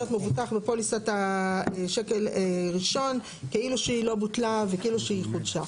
מבוטח בפוליסת שקל ראשון כאילו שהיא לא בוטלה וכאילו שהיא חודשה.